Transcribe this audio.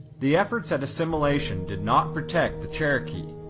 the efforts at assimilation did not protect the cherokee.